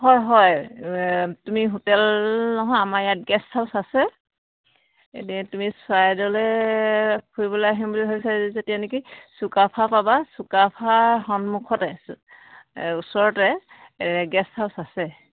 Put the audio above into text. হয় হয় তুমি হোটেল নহয় আমাৰ ইয়াত গেষ্ট হাউচ আছে এতিয়া তুমি চৰাইদেউলে ফুৰিবলে আহিম বুলি ভাবিছা যেতিয়া নেকি চুকাফা পাবা চুকাফাৰ সন্মুখতে ওচৰতে গেষ্ট হাউচ আছে